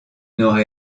n’aura